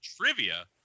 Trivia